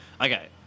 Okay